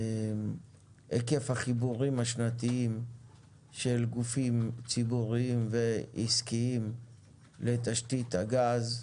היקף החיבורים השנתיים של גופים ציבוריים ועסקיים לתשתית הגז,